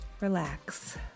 relax